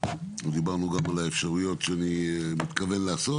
ודיברנו גם על האפשרויות שאני מתכוון לעשות.